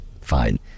fine